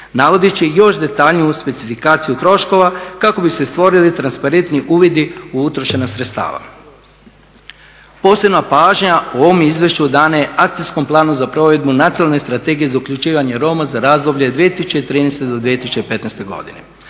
navodeći još detaljniju specifikaciju troškova kako bi se stvorili transparentniji uvidi u utrošena sredstava. Posebna pažnja u ovom izvješću dana je Akcijskom planu za provedbu nacionalne strategije za uključivanje Roma za razdoblje 2013. do 2015. godine.